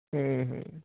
ਹੂੰ ਹੂੰ